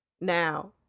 Now